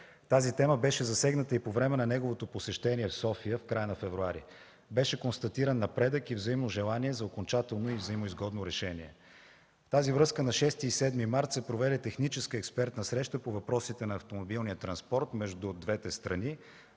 Тази тема беше засегната и по време на неговото посещение в София в края на месец февруари, беше констатиран напредък и взаимно желание за окончателно и взаимоизгодно решение. В тази връзка на 6 и 7 март се проведе техническа и експертна среща по въпросите на автомобилния транспорт между двете страни.